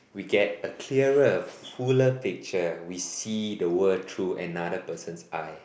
we get a clearer fuller picture we see the world through another person's eye